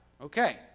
okay